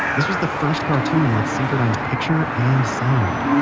this was the first cartoon with synchronized picture and sound